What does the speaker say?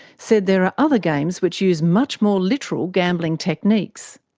said there are other games which use much more literal gambling techniques.